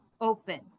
open